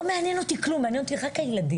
לא מעניין אותי כלום, מעניין אותי רק הילדים.